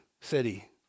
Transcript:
city